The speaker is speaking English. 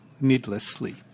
needlessly